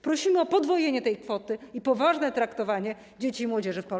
Prosimy o podwojenie tej kwoty i poważne traktowanie dzieci i młodzieży w Polsce.